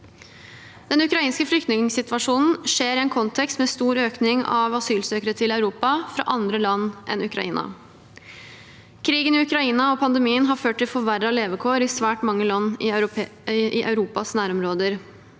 Den ukrainske flyktningsituasjonen skjer i en kontekst med en stor økning av asylsøkere til Europa fra andre land enn Ukraina. Krigen i Ukraina og pandemien har ført til forverrede levekår i svært mange land i Europas nærområder.